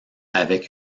avec